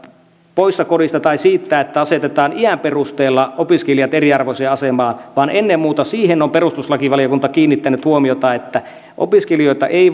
poissa kodista tai siitä että asetetaan iän perusteella opiskelijat eriarvoiseen asemaan vaan perustuslakivaliokunta on kiinnittänyt huomiota ennen muuta siihen että opiskelijoita ei